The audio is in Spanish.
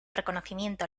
reconocimiento